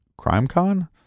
CrimeCon